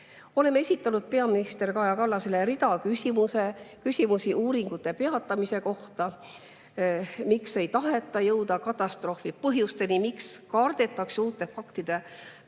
Oleme esitanud peaminister Kaja Kallasele rea küsimusi uuringute peatamise kohta. Miks ei taheta jõuda katastroofi põhjusteni? Miks kardetakse uute faktide